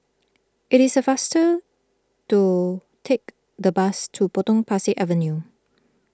it is a faster to take the bus to Potong Pasir Avenue